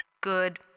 Good